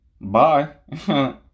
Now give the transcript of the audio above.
Bye